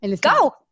go